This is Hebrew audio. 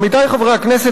עמיתי חברי הכנסת,